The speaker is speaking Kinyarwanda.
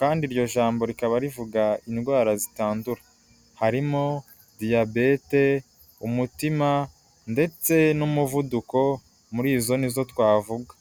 kandi iryo jambo rikaba rivuga indwara zitandura, harimo diyabete, umutima ndetse n'umuvuduko, muri izo ni zo twavuga.